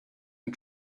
and